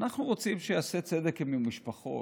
אנחנו רוצים שייעשה צדק עם המשפחות.